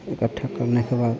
इकट्ठा करने के बाद